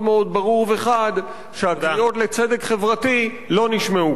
ברור וחד שהקריאות לצדק חברתי לא נשמעו כאן.